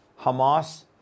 Hamas